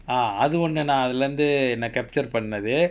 ah அது ஒன்னு நா அதுல இந்து என்ன:athu onnu naa athula inthu enna capture பண்ணது:pannathu